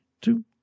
two